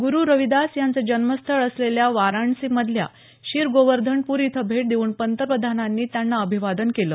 ग्रु रविदास यांचं जन्मस्थळ असलेल्या वाराणसी मधल्या शीर गोवर्धनपूर इथं भेट देऊन पंतप्रधानांनी त्यांना अभिवादन केलं